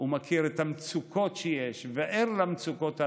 ומכיר את המצוקות שיש וער למצוקות הללו.